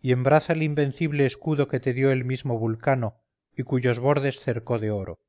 y embraza el invencible escudo que te dio el mismo vulcano y cuyos bordes cercó de oro